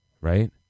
right